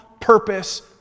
purpose